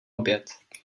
oběd